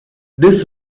this